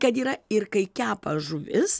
kad yra ir kai kepa žuvis